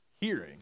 hearing